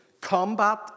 combat